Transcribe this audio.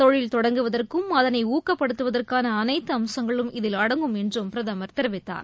தொழில் தொடங்குவதற்கும் அதனை ஊக்கப்படுத்துவதற்கான அனைத்து அம்சங்களும் இதில் அடங்கும் என்று பிரதமர் தெரிவித்தார்